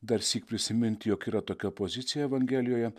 darsyk prisiminti jog yra tokia pozicija evangelijoje